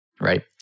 right